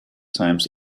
times